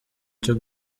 cyo